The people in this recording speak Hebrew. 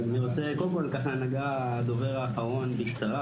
קודם כל ככה נגע הדובר האחרון בקצרה,